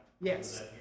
Yes